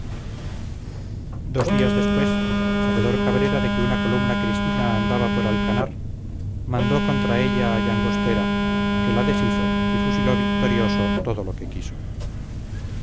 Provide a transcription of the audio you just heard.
dos días después sabedor cabrera de que una columna cristina andaba por alcanar mandó contra ella a llangostera que la deshizo y fusiló victorioso todo lo que quiso